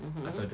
mmhmm